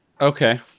okay